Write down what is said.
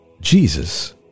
Jesus